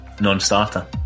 non-starter